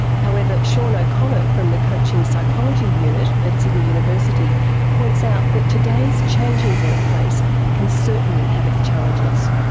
however, sean o'connor from the coaching psychology unit at sydney university points out that today's changing workplace can certainly have its challenges.